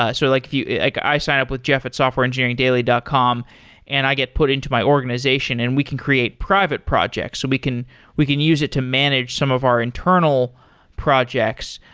ah so like like i sign up with jeff at softwareengineeringdaily dot com and i get put into my organization and we can create private projects. we can we can use it to manage some of our internal projects.